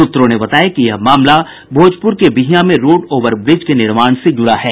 सूत्रों ने बताया कि यह मामला भोजपुर के बिहियां में रोड ओवर ब्रिज के निर्माण से जुड़ा है